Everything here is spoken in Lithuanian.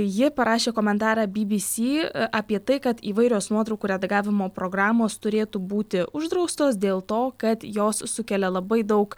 ji parašė komentarą bbc apie tai kad įvairios nuotraukų redagavimo programos turėtų būti uždraustos dėl to kad jos sukelia labai daug